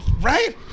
right